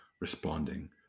responding